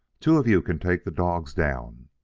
two of you can take the dogs down.